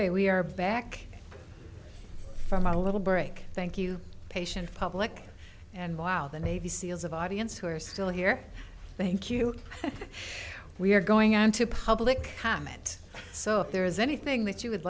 hey we are back from a little break thank you patient public and while the navy seals of audience who are still here thank you we are going on to public comment so there is anything that you would